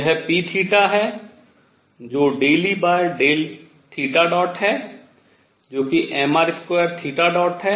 यह p है जो ∂E∂θ है जो कि mr2 है